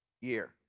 year